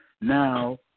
Now